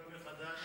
אני כעולה חדש